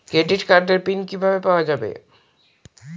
Credit কার্ডের PIN কিভাবে পাওয়া যাবে?